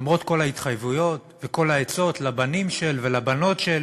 למרות כל ההתחייבויות וכל העצות לבנים של ולבנות של,